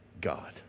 God